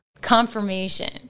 confirmation